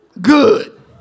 Good